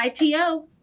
ITO